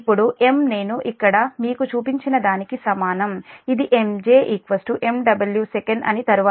ఇప్పుడు M నేను ఇక్కడ మీకు చూపించిన దానికి సమానం ఇది MJ MW sec అని తరువాత వస్తుంది